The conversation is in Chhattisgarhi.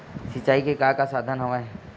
सिंचाई के का का साधन हवय?